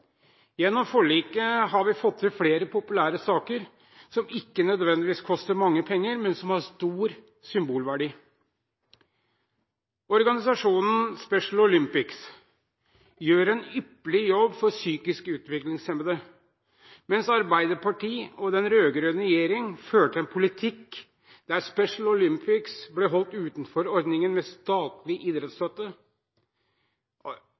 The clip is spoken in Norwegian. Gjennom forliket har vi fått inn flere populære saker som ikke nødvendigvis koster mange penger, men som har stor symbolverdi. Organisasjonen Special Olympics gjør en ypperlig jobb for psykisk utviklingshemmede. Mens Arbeiderpartiet og den rød-grønne regjeringen førte en politikk der Special Olympics ble holdt utenfor ordningen med statlig